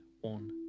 one